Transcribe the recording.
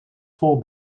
vol